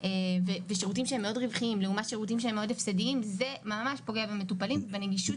זה אומר שבכל